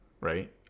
right